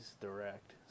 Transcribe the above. direct